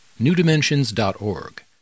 newdimensions.org